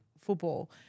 football